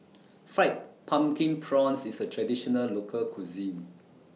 Fried Pumpkin Prawns IS A Traditional Local Cuisine